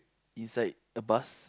inside a bus